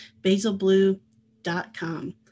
basilblue.com